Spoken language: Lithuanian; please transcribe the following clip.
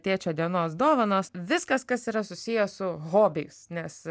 tėčio dienos dovanos viskas kas yra susiję su hobiais nes